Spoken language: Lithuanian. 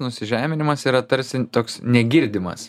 nusižeminimas yra tarsi toks negirdimas